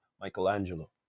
michelangelo